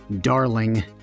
darling